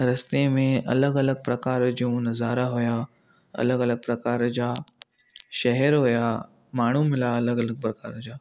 रस्ते में अलॻि अलॻि प्रकार जूं नज़ारा हुया अलॻि अलॻि प्रकार जा शहर हुया माण्हू मिलिया अलॻि अलॻि प्रकार जा